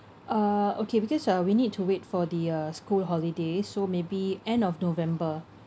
uh okay because uh we need to wait for the uh school holidays so maybe end of november